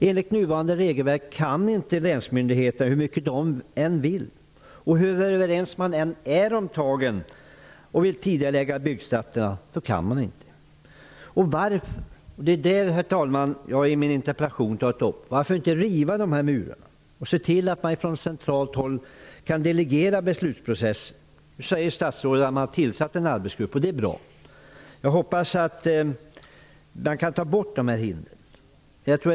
Enligt nuvarande regelverk kan inte länsmyndigheter, hur mycket de än vill och är överens, tidigarelägga byggstarterna. Varför? Jag har i min interpellation tagit upp frågan varför det inte går att riva dessa murar och från centralt håll delegera beslutsprocessen. Statsrådet säger att en arbetsgrupp har tillsatts, och det är bra. Jag hoppas att det går att ta bort dessa hinder.